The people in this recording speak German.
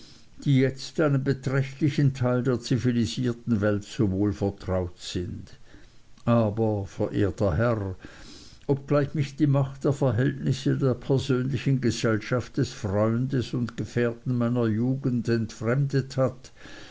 die jetzt einem beträchtlichen teil der zivilisierten welt so wohl vertraut sind aber verehrter herr obgleich mich die macht der verhältnisse der persönlichen gesellschaft des freundes und gefährten meiner jugend entfremdet hat